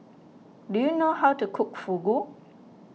do you know how to cook Fugu